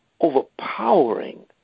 overpowering